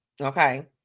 okay